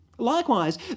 Likewise